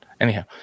Anyhow